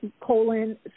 colon